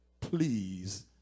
please